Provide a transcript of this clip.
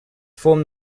form